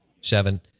seven